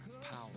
power